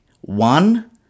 one